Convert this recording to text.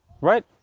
right